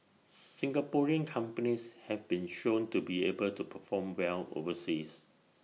Singaporean companies have been shown to be able to perform well overseas